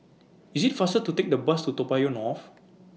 IS IT faster to Take The Bus to Toa Payoh North